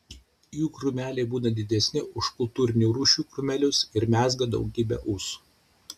jų krūmeliai būna didesni už kultūrinių rūšių krūmelius ir mezga daugybę ūsų